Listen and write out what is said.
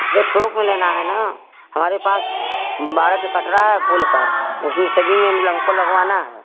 हमको थोक में लेना है ना हमारे पास बारह ठो कटरा है पुल पर उसमें सभी में हमको लगवाना है